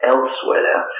Elsewhere